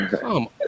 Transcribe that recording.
come